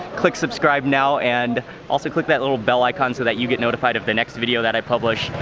click subscribe now. and also click that little bell icon so that you get notified of the next video that i publish.